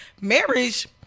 Marriage